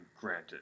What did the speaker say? granted